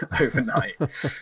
overnight